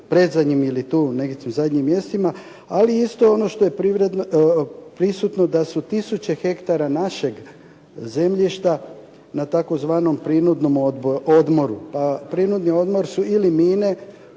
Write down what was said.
predzadnjem ili tu negdje zadnjim mjestima. Ali isto ono što je prisutno da su tisuće hektara našeg zemljišta na tzv. prinudnom odmoru. Pa prinudni odmor su ili mine